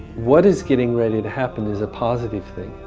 what is getting ready to happen is a positive thing,